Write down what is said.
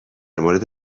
مورد